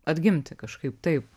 atgimti kažkaip taip